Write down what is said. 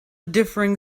differing